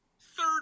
third